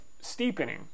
steepening